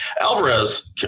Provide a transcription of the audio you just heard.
Alvarez